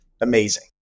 amazing